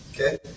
okay